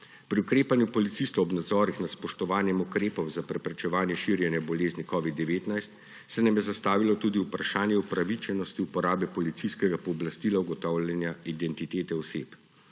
Pri ukrepanju policistov ob nadzorih nad spoštovanjem ukrepov za preprečevanje širjenja bolezni covid-19 se nam je zastavilo tudi vprašanje upravičenosti uporabe policijskega pooblastila ugotavljanja identitete oseb.